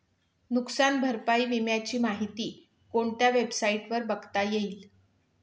नुकसान भरपाई विम्याची माहिती कोणत्या वेबसाईटवर बघता येईल?